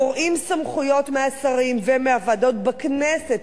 גורעים סמכויות מהשרים ומהוועדות בכנסת,